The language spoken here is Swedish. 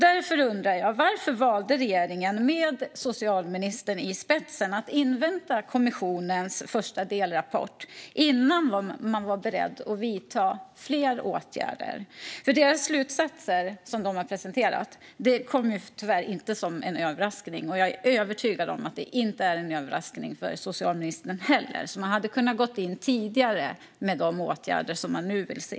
Därför undrar jag: Varför valde regeringen med socialministern i spetsen att invänta kommissionens första delrapport innan man var beredd att vidta fler åtgärder? De slutsatser kommissionen har presenterat kommer ju tyvärr inte som en överraskning. Jag är övertygad om att de inte är en överraskning för socialministern heller. Regeringen hade alltså kunnat gå in tidigare med de åtgärder som man nu vill se.